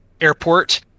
airport